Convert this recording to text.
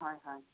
হয় হয়